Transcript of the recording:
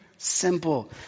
Simple